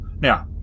Now